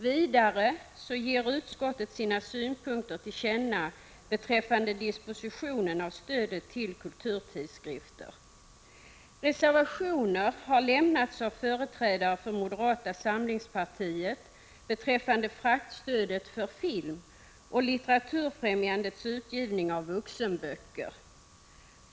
Vidare ger utskottet sina synpunkter till känna beträffande dispositionen av stödet till kulturtidskrifter. Reservationer har lämnats av företrädare för moderata samlingspartiet beträffande fraktstödet för film och Litteraturfrämjandets utgivning av vuxenböcker.